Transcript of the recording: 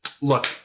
look